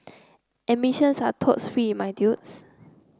admissions are totes free my dudes